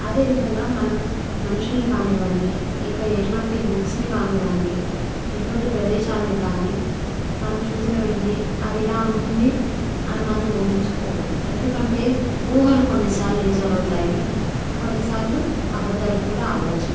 అదేవిధంగా మనం మనుషుల్ని కానివ్వండి ఇంకా ఎటువంటి బుక్స్ని కానివ్వండి ఎటువంటి ప్రదేశాలని కానీ మనం చూసిన వెంటనే అదిలా ఉంటుంది అని మనం ఊహించుకోకూడదు ఎందుకంటే ఊహలు కొన్నిసార్లు నిజాలు అవుతాయి కొన్నిసార్లు అబద్దాలు కూడా అవ్వచ్చు